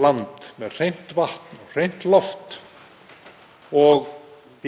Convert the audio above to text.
land, með hreint vatn, hreint loft og